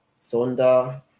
thunder